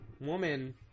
Woman